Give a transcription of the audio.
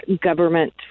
government